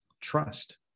Trust